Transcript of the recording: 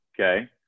Okay